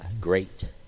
great